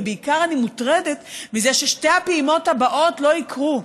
ובעיקר אני מוטרדת מזה ששתי הפעימות הבאות לא יקרו.